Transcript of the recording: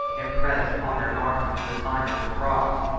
impressed on their garments the sign of the cross,